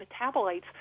metabolites